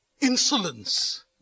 insolence